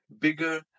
bigger